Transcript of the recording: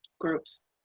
groups